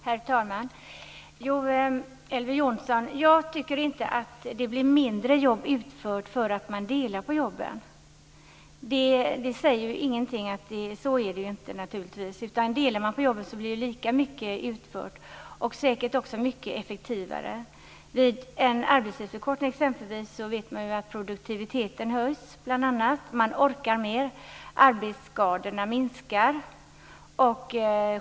Herr talman! Jag tycker inte att det blir mindre jobb utfört för att man delar på jobben, Elver Jonsson. Så är det naturligtvis inte. Om man delar på jobben blir lika mycket utfört och säkert också mycket effektivare. Vid en arbetstidsförkortning vet man ju att bl.a. produktiviteten höjs. Man orkar mer. Arbetsskadorna minskar.